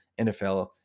NFL